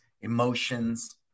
emotions